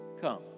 come